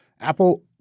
Apple